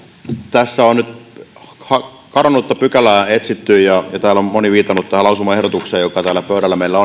tässä on nyt kadonnutta pykälää etsitty ja täällä on moni viitannut tähän lausumaehdotukseen joka täällä pöydällä meillä